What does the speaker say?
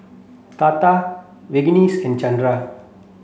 Tata Verghese and Chandra